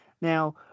Now